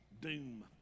doom